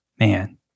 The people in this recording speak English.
Man